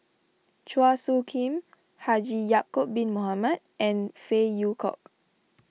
Chua Soo Khim Haji Ya'Acob Bin Mohamed and Phey Yew Kok